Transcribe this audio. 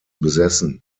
besessen